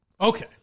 Okay